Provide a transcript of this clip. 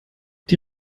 die